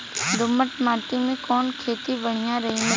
दोमट माटी में कवन खेती बढ़िया रही?